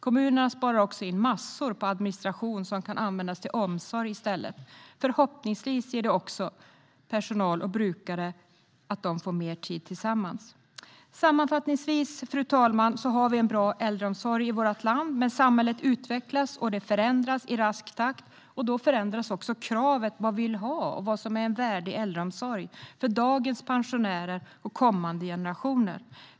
Kommunerna sparar också in massor på administration, som kan användas till omsorg i stället. Förhoppningsvis gör detta också att personal och brukare får mer tid tillsammans. Sammanfattningsvis, fru talman, har vi en bra äldreomsorg i vårt land, men samhället utvecklas och förändras i rask takt och därmed också kravet - vad vi vill ha och vad som är en värdig äldreomsorg för dagens pensionärer och kommande generationer.